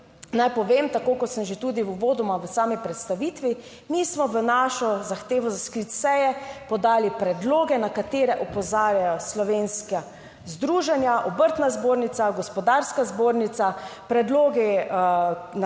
Naj povem tako kot sem že tudi uvodoma v sami predstavitvi, mi smo v našo zahtevo za sklic seje podali predloge na katere opozarjajo slovenska združenja, Obrtna zbornica, Gospodarska zbornica, predlogi, na